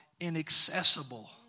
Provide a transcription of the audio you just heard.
inaccessible